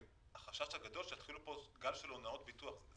החשש הגדול שיתחיל כאן גל של הונאות ביטוח.